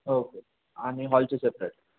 okay आणि हॉलचे separate